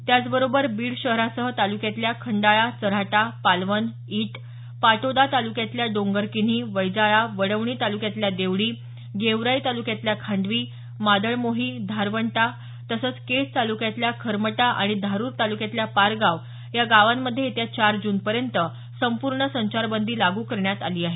त्याचबरोबर बीड शहरासह तालुक्यातल्या खंडाळा चऱ्हाटा पालवन ईट पाटोटा तालुक्यातल्या डोंगरकिन्ही वैजाळा वडवणी तालुक्यातल्या देवडी गेवराई तालुक्यातल्या खांडवी मादळमोही धारवंटा तसंच केज तालुक्यातल्या खरमाटा आणि धारुर तालुक्यातल्या पारगाव या गावांमध्ये येत्या चार जूनपर्यंत संपूर्ण संचारबंदी लागू करण्यात आली आहे